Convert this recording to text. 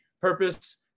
purpose